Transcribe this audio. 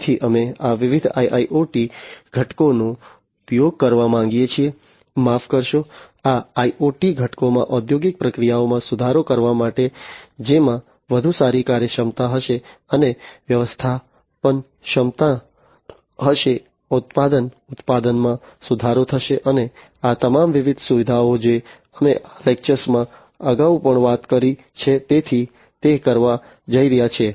તેથી અમે આ વિવિધ IIoT ઘટકોનો ઉપયોગ કરવા માંગીએ છીએ માફ કરશો આ IoT ઘટકોમાં ઔદ્યોગિક પ્રક્રિયાઓમાં સુધારો કરવા માટે જેમાં વધુ સારી કાર્યક્ષમતા હશે અને વ્યવસ્થાપનક્ષમતા હશે ઉત્પાદન ઉત્પાદનમાં સુધારો થશે અને આ તમામ વિવિધ સુવિધાઓ જે અમે આ લેક્ચરમાં અગાઉ પણ વાત કરી છે તેથી તે કરવા જઈ રહ્યા છીએ